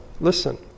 listen